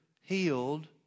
healed